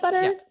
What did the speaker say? butter